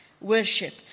worship